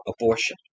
abortion